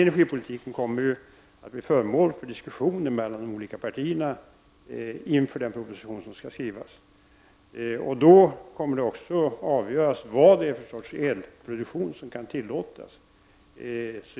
Energipolitiken kommer att bli föremål för diskussioner mellan de olika partierna inför den proposition som skall skrivas, Då kommer det också att avgöras vad för slags elproduktion som kan tillåtas.